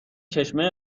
چشمه